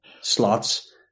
slots